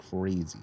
crazy